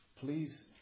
Please